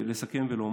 אני רוצה לסכם ולומר